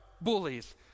bullies